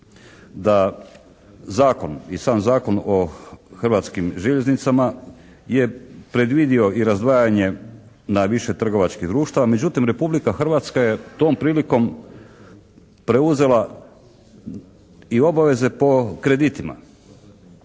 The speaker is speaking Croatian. da zakon i sam Zakon o Hrvatskim željeznicama je predvidio i razdvajanje na više trgovačkih društava međutim Republika Hrvatska je tom prilikom preuzela i obaveze po kreditima.